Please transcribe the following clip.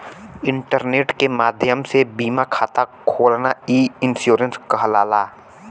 internet के माध्यम से बीमा खाता खोलना ई इन्शुरन्स कहलाला